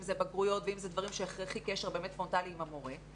אם אלה בגרויות ואם אלה דברים שהכרחי קשר פרונטלי עם המורה,